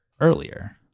earlier